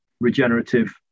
regenerative